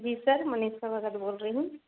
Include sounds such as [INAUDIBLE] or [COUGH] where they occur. जी sir Manish [UNINTELLIGIBLE] बोल रही हूँ